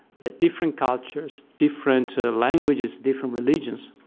that different cultures, different ah languages, different religions,